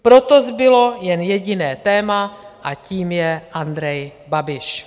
Proto zbylo jen jediné téma a tím je Andrej Babiš.